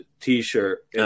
T-shirt